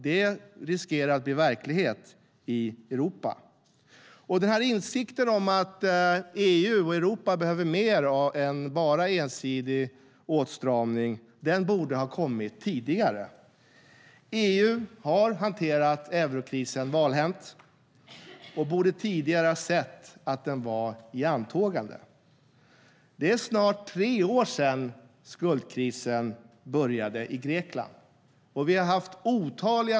Detta riskerar att bli verklighet i Europa. Insikten om att EU och Europa behöver mer än en ensidig åtstramning borde ha kommit tidigare. EU har hanterat eurokrisen valhänt och borde ha sett tidigare att den var i antågande. Det är snart tre år sedan skuldkrisen började i Grekland.